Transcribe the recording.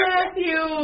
Matthew